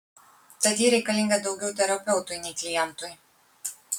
tad ji reikalinga daugiau terapeutui nei klientui